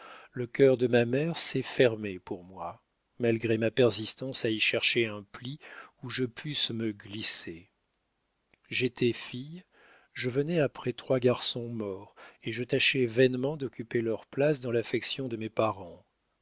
le cœur de ma mère s'est fermé pour moi malgré ma persistance à y chercher un pli où je pusse me glisser j'étais fille je venais après trois garçons morts et je tâchai vainement d'occuper leur place dans l'affection de mes parents